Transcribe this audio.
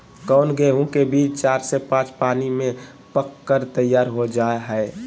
कौन गेंहू के बीज चार से पाँच पानी में पक कर तैयार हो जा हाय?